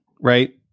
right